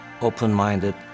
open-minded